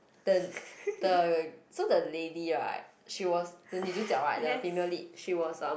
the the so the lady right she was the 女主角 right the female lead she was um